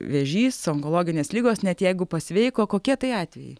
vėžys onkologinės ligos net jeigu pasveiko kokie tai atvejai